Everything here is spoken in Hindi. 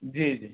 जी जी